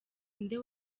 inde